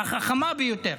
החכמה ביותר,